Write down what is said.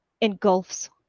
engulfs